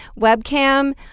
webcam